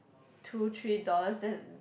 two three dollars then